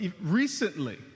recently